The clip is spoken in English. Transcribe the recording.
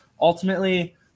ultimately